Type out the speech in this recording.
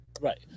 Right